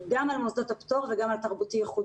גם על מוסדות הפטור וגם על תרבותי-ייחודי.